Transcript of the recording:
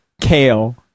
kale